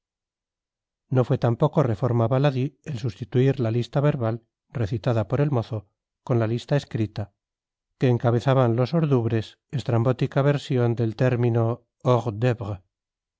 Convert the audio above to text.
no fue tampoco reforma baladí el sustituir la lista verbal recitada por el mozo con la lista escrita que encabezaban los ordubres estrambótica versión del término hors